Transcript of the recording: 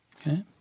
Okay